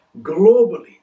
Globally